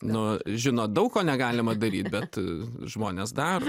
nu žinot daug ko negalima daryt bet žmonės daro